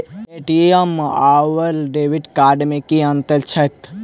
ATM आओर debit card मे की अंतर छैक?